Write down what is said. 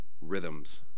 rhythms